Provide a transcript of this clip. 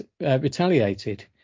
retaliated